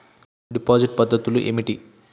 Deposit పద్ధతులు ఏమిటి?